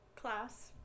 class